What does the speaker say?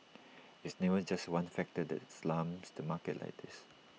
it's never just one factor that slams the market like this